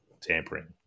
tampering